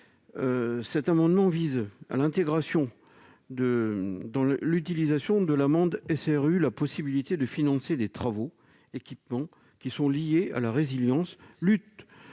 cet amendement vise à intégrer dans l'utilisation de l'amende SRU la possibilité de financer des travaux et équipements liés à la résilience et